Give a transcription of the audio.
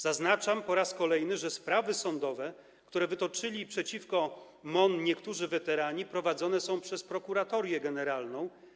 Zaznaczam po raz kolejny, że sprawy sądowe, które wytoczyli przeciwko MON niektórzy weterani, prowadzone są przez Prokuratorię Generalną.